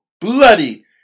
bloody